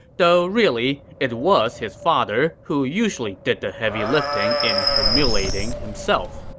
though really, it was his father who usually did the heavy lifting in humiliating himself.